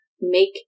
make